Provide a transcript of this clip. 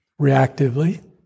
reactively